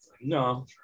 No